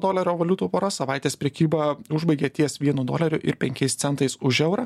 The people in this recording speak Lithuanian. dolerio valiutų pora savaitės prekybą užbaigė ties vienu doleriu ir penkiais centais už eurą